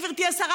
גברתי השרה,